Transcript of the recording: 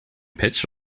patch